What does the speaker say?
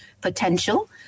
potential